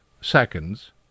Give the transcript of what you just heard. seconds